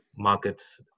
markets